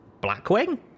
Blackwing